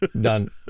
Done